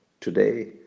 today